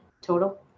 total